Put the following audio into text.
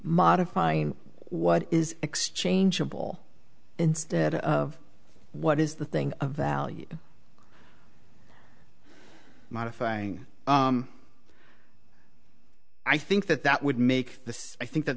modifying what is exchangeable instead of what is the thing of value modifying i think that that would make this i think that